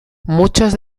muchos